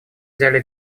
взяли